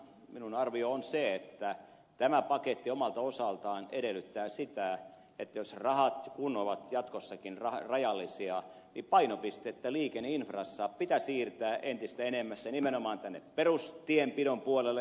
minun arvioni on se että tämä paketti omalta osaltaan edellyttää sitä että jos ja kun rahat ovat jatkossakin rajallisia niin painopistettä liikenneinfrassa pitää siirtää entistä enemmässä nimenomaan tänne perustienpidon puolelle